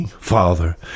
father